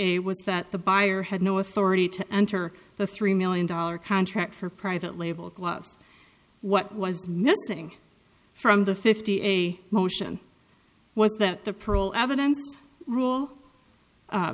eight was that the buyer had no authority to enter the three million dollar contract for private label gloves what was missing from the fifty a motion was that the parole evidence rule